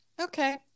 okay